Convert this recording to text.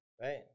right